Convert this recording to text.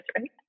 right